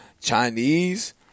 Chinese